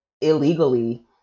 illegally